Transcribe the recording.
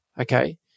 okay